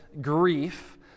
grief